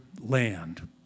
land